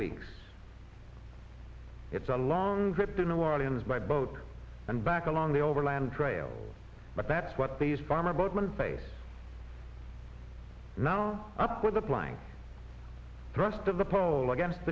weeks it's a long trip to new orleans by boat and back along the overland trail but that's what these farmer boatman face up with a plank thrust of the pole against